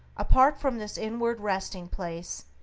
apart from this inward resting-place,